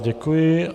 Děkuji.